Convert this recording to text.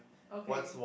okay